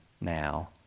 now